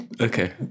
okay